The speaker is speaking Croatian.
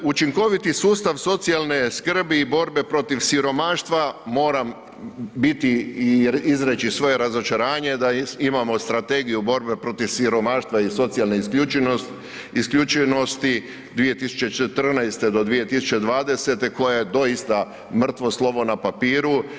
Učinkoviti sustav socijalne skrbi i borbe protiv siromaštva, moram biti i izreći svoje razočaranje da imamo Strategiju borbe protiv siromaštva i socijalne isključenosti 2014.-2020. koja je doista mrtvo slovo na papiru.